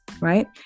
Right